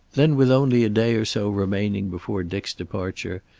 then, with only a day or so remaining before dick's departure,